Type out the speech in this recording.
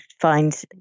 find